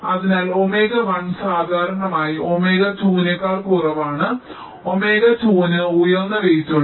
അതിനാൽ ഒമേഗ 1 സാധാരണയായി ഒമേഗ 2 നെക്കാൾ കുറവാണ് ഒമേഗ 2 ന് ഉയർന്ന വെയ്റ് ഉണ്ട്